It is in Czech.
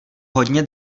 hodně